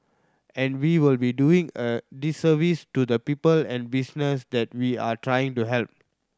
and we will be doing a disservice to the people and business that we are trying to help